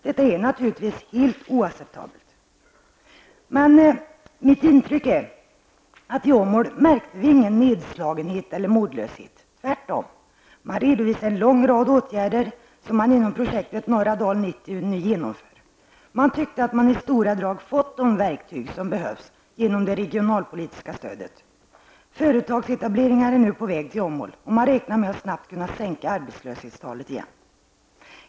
Detta är naturligtvis helt oacceptabelt. Men mitt intryck är att i Åmål märktes ingen nedslagenhet eller modlöshet, tvärtom. Man redovisade en lång rad åtgärder som man nu genomför inom projektet ''Norra Dal 90''. Man tyckte att man i stora drag fått de verktyg som behövs genom det regionalpolitiska stödet. Företagsetableringar är nu på väg till Åmål. Man räknar med att snabbt kunna sänka arbetslöshetstalen igen.